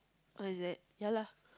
what is that ya lah